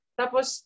tapos